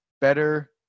better